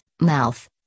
mouth